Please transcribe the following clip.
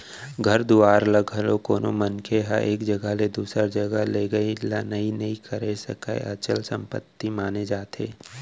घर दुवार ल घलोक कोनो मनखे ह एक जघा ले दूसर जघा लेगई लनई नइ करे सकय, अचल संपत्ति माने जाथे